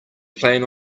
plan